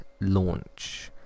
launch